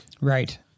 right